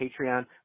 Patreon